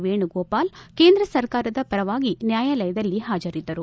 ವೇಣುಗೋಪಾಲ್ ಕೇಂದ್ರ ಸರ್ಕಾರದ ಪರವಾಗಿ ನ್ಲಾಯಾಲಯದಲ್ಲಿ ಹಾಜರಿದ್ದರು